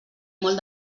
molt